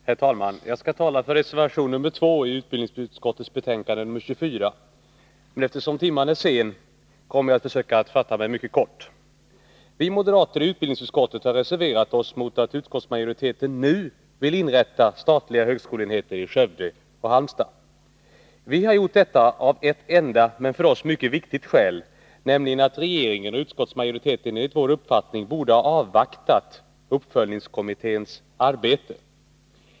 Herr talman! Jag skall tala för reservation 2 vid utbildningsutskottets betänkande nr 24. Men eftersom timmen är sen kommer jag att försöka fatta mig mycket kort. Vi moderater i utbildningsutskottet har reserverat oss mot att utskottsmajoriteten nu vill inrätta statliga högskoleenheter i Skövde och Halmstad. Vi har gjort detta av ett enda men för oss mycket viktigt skäl, nämligen att regeringen och utskottsmajoriteten enligt vår uppfattning borde ha avvaktat uppföljningskommitténs arbete.